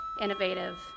innovative